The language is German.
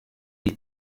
die